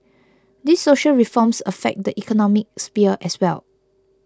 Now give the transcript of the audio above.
these social reforms affect the economic sphere as well